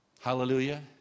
Hallelujah